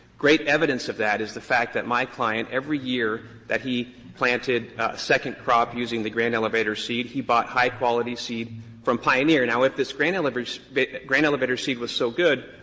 great evidence of that is the fact that my client, every year that he planted a second crop using the grain elevator seed, he bought high quality seed from pioneer. now, if this grain elevator grain elevator seed was so good,